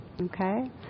okay